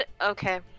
okay